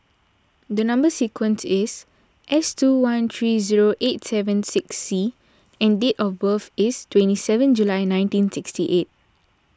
the Number Sequence is S two one three zero eight seven six C and date of birth is twenty seven July nineteen sixty eight